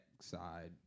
side